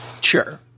sure